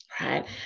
right